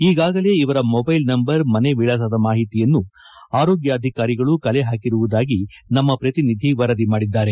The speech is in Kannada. ಈಗಾಗಲೆ ಇವರ ಮೊಬೈಲ್ ನಂಬರ್ ಮನೆ ವಿಳಾಸದ ಮಾಹಿತಿಯನ್ನು ಆರೋಗ್ಯಾಧಿಕಾರಿಗಳು ಕಲೆ ಹಾಕಿರುವುದಾಗಿ ನಮ್ಮ ಪ್ರತಿನಿಧಿ ವರದಿ ಮಾಡಿದ್ದಾರೆ